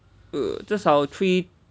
eh 至少 three